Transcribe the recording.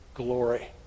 glory